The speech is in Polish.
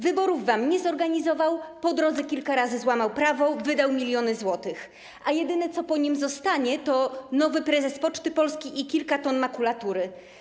Wyborów wam nie zorganizował, po drodze kilka razy złamał prawo, wydał miliony złotych, a jedyne, co po nim zostanie, to nowy prezes Poczty Polskiej i kilka ton makulatury.